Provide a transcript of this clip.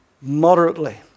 moderately